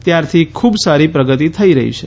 ત્યારથી ખૂબ સારી પ્રગતિ થઇ રહી છે